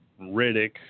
Riddick